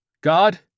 God